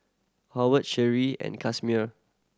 Howard Sherie and Casimer